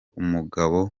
umugabo